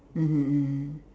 mmhmm mm